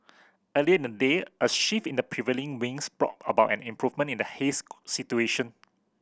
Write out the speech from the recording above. earlier in the day a shift in the prevailing winds brought about an improvement in the haze situation